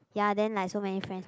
ya then like so many friends